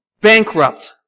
bankrupt